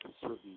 Certain